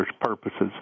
purposes